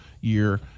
year